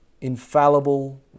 infallible